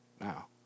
now